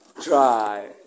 try